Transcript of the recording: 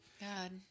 God